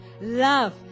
love